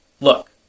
Look